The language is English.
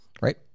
right